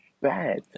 bad